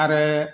आरो